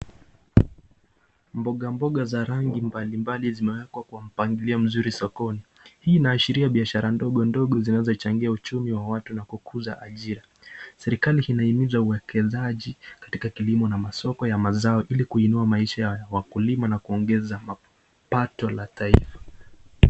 Mboga mboga za rangi mbalimbali zimekwa kwa mpangilio mzuri sokoni hii inaashiria biashara ndogondogo zinazo changia uchumi wa watu na kukuza ajira serikali inahimiza uwekezaji katika kilimo na masoko ya mazao ili kuinua maisha ya wakulima na kuongeza mapato la taifa